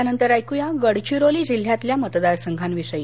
यानंतर ऐकुया गडचिरोली जिल्ह्यातल्या मतदारसंघाविषयी